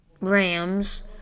Rams